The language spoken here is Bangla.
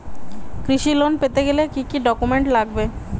কৃষি লোন পেতে গেলে কি কি ডকুমেন্ট লাগবে?